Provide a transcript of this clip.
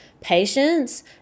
patience